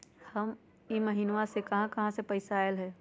इह महिनमा मे कहा कहा से पैसा आईल ह?